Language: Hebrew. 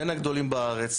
בין הגדולים בארץ,